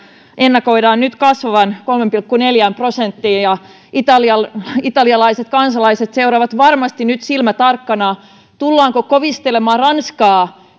ennakoidaan nyt kasvavan kolmeen pilkku neljään prosenttiin ja italialaiset kansalaiset seuraavat varmasti nyt silmä tarkkana tullaanko ranskaa